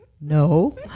no